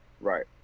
Right